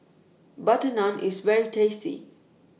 Butter Naan IS very tasty